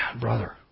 brother